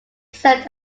served